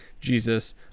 Jesus